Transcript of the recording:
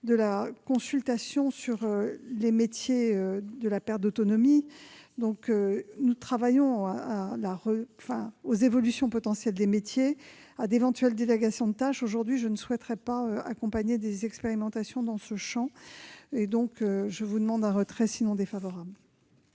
de la consultation sur les métiers de la perte d'autonomie. Nous travaillons aux évolutions potentielles des métiers et à d'éventuelles délégations de tâches. Je ne souhaiterais pas accompagner des expérimentations dans ce champ. Je sollicite donc le retrait de